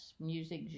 music